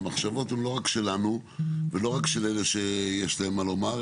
המחשבות הן לא רק שלנו ולא רק של אלה שיש להם מה לומר,